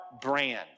Brand